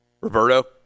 Roberto